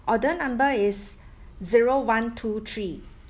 order number is zero one two three